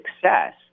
success